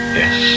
yes